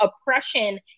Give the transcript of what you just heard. oppression